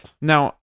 Now